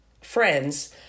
friends